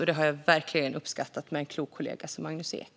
Det har jag verkligen uppskattat med en klok kollega som Magnus Ek.